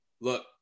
look